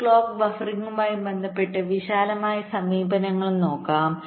ഇപ്പോൾ ക്ലോക്ക് ബഫറിംഗുമായി ബന്ധപ്പെട്ട് വിശാലമായ സമീപനങ്ങൾ നോക്കാം